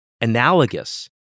analogous